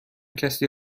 کسی